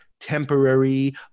temporary